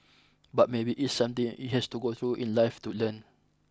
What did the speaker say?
but maybe it's something it has to go through in life to learn